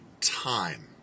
time